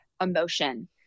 emotion